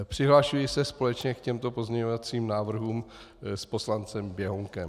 Přihlašuji se společně k těmto pozměňovacím návrhům s poslancem Běhounkem.